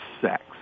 sex